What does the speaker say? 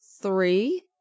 three